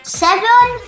seven